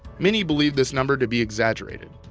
many believe this number to be exaggerated.